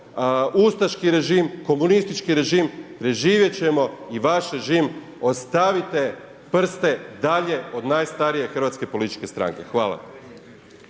ustaški režim, komunistički režim, preživjet ćemo i vaš režim, ostavite prste dalje od najstarije hrvatske političke stranke. Hvala.